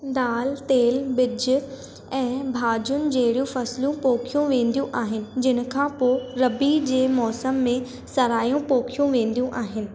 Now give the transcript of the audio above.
दालि तेलु बिजु॒ ऐं भाजि॒युनि जहिड़ी फ़सलूं पोखी वेंदियूं आहिनि जिन खां पोइ रबी जे मौसम में सरायूं पोखी वेंदियूं आहिनि